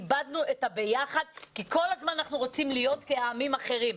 איבדנו את הביחד כי כל הזמן אנחנו רוצים להיות כעמים אחרים.